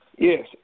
Yes